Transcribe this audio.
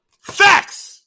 Facts